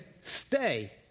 stay